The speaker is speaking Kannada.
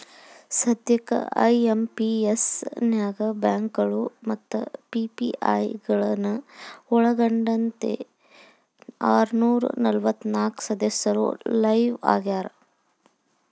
ಸದ್ಯಕ್ಕ ಐ.ಎಂ.ಪಿ.ಎಸ್ ನ್ಯಾಗ ಬ್ಯಾಂಕಗಳು ಮತ್ತ ಪಿ.ಪಿ.ಐ ಗಳನ್ನ ಒಳ್ಗೊಂಡಂತೆ ಆರನೂರ ನಲವತ್ನಾಕ ಸದಸ್ಯರು ಲೈವ್ ಆಗ್ಯಾರ